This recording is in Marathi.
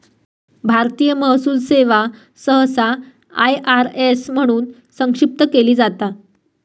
भारतीय महसूल सेवा सहसा आय.आर.एस म्हणून संक्षिप्त केली जाता